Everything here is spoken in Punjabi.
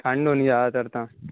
ਠੰਡ ਹੋਣੀ ਜ਼ਿਆਦਾਤਰ ਤਾਂ